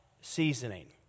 seasoning